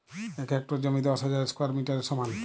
এক হেক্টর জমি দশ হাজার স্কোয়ার মিটারের সমান